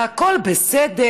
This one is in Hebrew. והכול בסדר,